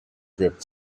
grip